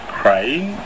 crying